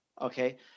Okay